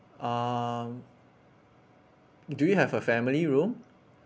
um do you have a family room